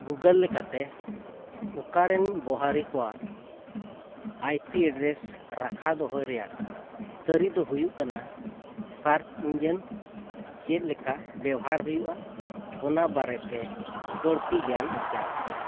Google ᱞᱮᱠᱟᱛᱮ ᱚᱠᱟᱨᱮᱱ ᱵᱚᱦᱟᱨᱤ ᱠᱚᱣᱟᱜ ᱟᱭ ᱯᱤ ᱮᱰᱨᱮᱥ ᱨᱟᱠᱷᱟ ᱫᱚᱦᱚᱭ ᱨᱮᱭᱟᱜ ᱛᱟᱹᱨᱤ ᱫᱚ ᱦᱩᱭᱩᱜ ᱠᱟᱱᱟ ᱥᱟᱨᱪ ᱤᱱᱡᱮᱱ ᱪᱮᱫ ᱞᱮᱠᱟ ᱵᱮᱣᱦᱟᱨ ᱦᱩᱭᱩᱜᱼᱟ ᱚᱱᱟ ᱵᱟᱨᱮ ᱛᱮ ᱵᱟᱹᱲᱛᱤ ᱜᱟᱱ ᱟᱨᱡᱟᱣ